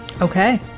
Okay